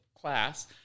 class